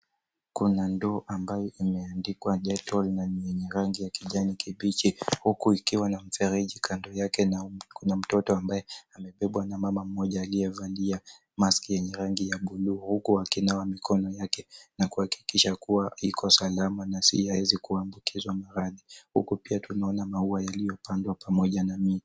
Kuna ndoo ambayo imeandikwa detol na ni yenye rangi ya kijani kibichi huku ikiwa na mfereji kando yake na kuna mtoto ambaye amebebwa na mama mmoja aliyevalia maski yenye rangi ya bluu huku akina wa mikono yake na kuhakikisha kuwa iko salama na haiwezi kuambukizwa maradhi. Huku pia tunaona maua yaliyopandwa pamoja na mti.